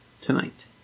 tonight